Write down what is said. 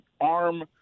arm